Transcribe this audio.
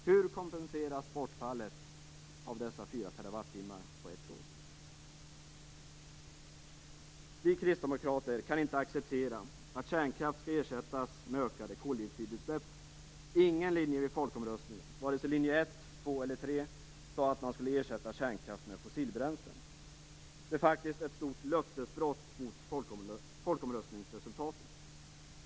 Hur kompenseras bortfallet av dessa 4 TWh på ett år? Vi kristdemokrater kan inte acceptera att kärnkraft skall ersättas med ökade koldioxidutsläpp. Varken linje 1, 2 eller 3 vid folkomröstningen sade att man skulle ersätta kärnkraft med fossilbränslen. Det är faktiskt ett stort löftesbrott mot folkomröstningsresultatet.